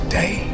day